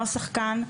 הנוסח כאן,